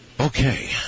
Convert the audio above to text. Okay